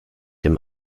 dem